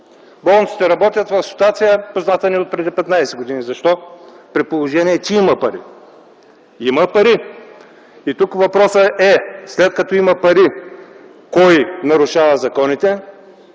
Болниците работят в ситуация, позната ни отпреди 15 години. Защо, при положение че има пари? Има пари! И тук въпросът е: след като има пари, кой нарушава законите?